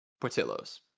Portillo's